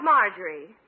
Marjorie